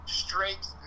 straight